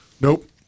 Nope